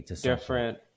different